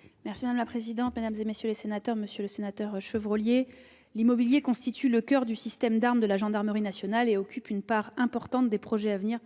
ruraux. La parole est à Mme la secrétaire d'État. Monsieur le sénateur Chevrollier, l'immobilier constitue le coeur du système d'arme de la gendarmerie nationale et occupe une part importante des projets à venir